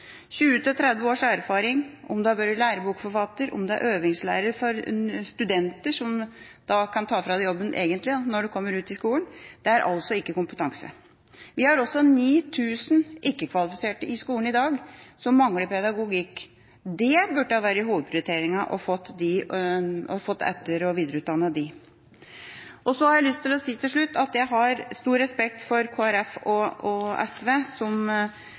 års erfaring, om du har vært lærebokforfatter, om du er øvingslærer for studenter, som egentlig kan ta fra deg jobben når de kommer ut i skolen, er altså ikke kompetanse. Vi har også 9 000 ikke-kvalifiserte i skolen i dag som mangler pedagogikk. Det burde ha vært hovedprioriteringen å få etter- og videreutdannet dem. Så har jeg lyst til å si til slutt at jeg har stor respekt for Kristelig Folkeparti og SV, som